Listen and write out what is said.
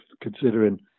considering